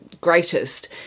greatest